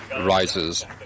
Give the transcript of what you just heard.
rises